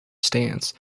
stance